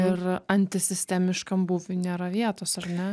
ir antisistemiškam būviui nėra vietos ar ne